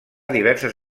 diverses